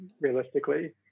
realistically